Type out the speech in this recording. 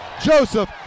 Joseph